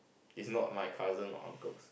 it's not my cousin or uncle's